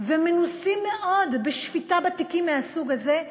והם מנוסים מאוד בשפיטה בתיקים מהסוג הזה,